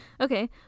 okay